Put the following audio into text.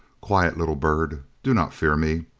quiet, little bird. do not fear me.